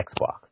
Xbox